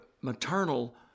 maternal